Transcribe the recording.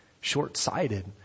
short-sighted